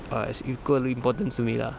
are as equal importance to me lah